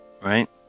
Right